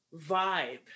vibe